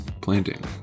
planting